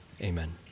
amen